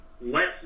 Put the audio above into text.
lets